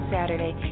Saturday